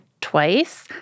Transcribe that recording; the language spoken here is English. twice